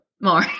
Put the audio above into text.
more